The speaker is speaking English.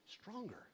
Stronger